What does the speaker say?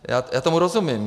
Já tomu rozumím.